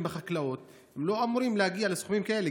בחקלאות לא אמורים להגיע לסכומים כאלה.